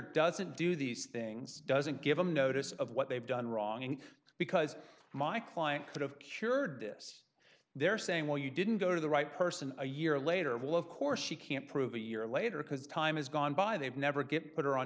doesn't do these things doesn't give them notice of what they've done wrong and because my client sort of cured this they're saying well you didn't go to the right person a year later well of course she can't prove a year later because time has gone by they've never get put her on